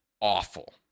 awful